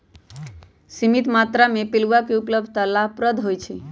सीमित मत्रा में पिलुआ के उपलब्धता लाभप्रद होइ छइ